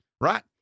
right